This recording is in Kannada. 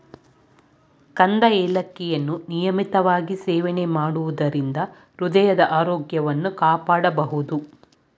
ಕಂದು ಏಲಕ್ಕಿಯನ್ನು ನಿಯಮಿತವಾಗಿ ಸೇವನೆ ಮಾಡೋದರಿಂದ ಹೃದಯದ ಆರೋಗ್ಯವನ್ನು ಕಾಪಾಡ್ಬೋದು